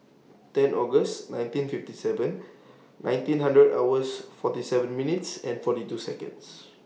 ten August nineteen fifty seven nineteen hundred hours forty seven minutes and forty two Seconds